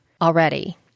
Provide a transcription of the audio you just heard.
already